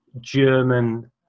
German